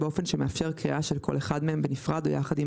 באופן שמאפשר קריאה של כל אחד מהם בנפרד או יחד עם